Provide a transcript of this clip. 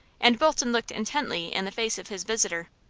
and bolton looked intently in the face of his visitor.